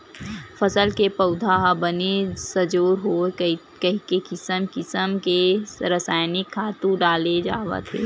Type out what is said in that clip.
फसल के पउधा ह बने सजोर होवय कहिके किसम किसम के रसायनिक खातू डाले जावत हे